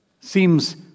seems